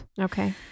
Okay